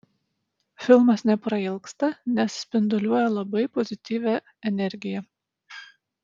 filmas neprailgsta nes spinduliuoja labai pozityvia energija